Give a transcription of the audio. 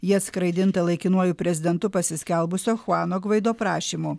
jie atskraidinta laikinuoju prezidentu pasiskelbusio chuano gvaido prašymu